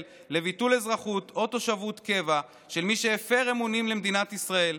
לביטול אזרחות או תושבות קבע של מי שיפר אמונים למדינת ישראל,